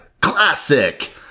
Classic